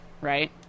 right